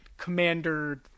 Commander